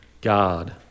God